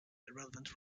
irrelevant